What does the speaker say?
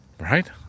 right